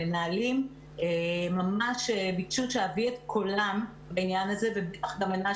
המנהלים ממש ביקשו שאביא את קולם בעניין הזה ובטח גם מנשה